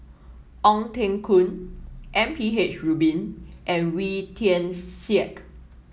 Ong Teng Koon M P H Rubin and Wee Tian Siak